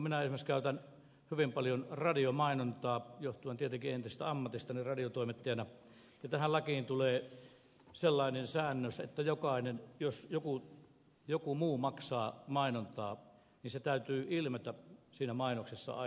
minä esimerkiksi käytän hyvin paljon radiomainontaa johtuen tietenkin entisestä ammatistani radiotoimittajana ja tähän lakiin tulee sellainen säännös että jos joku muu maksaa mainontaa sen täytyy aina ilmetä siitä mainoksesta